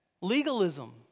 Legalism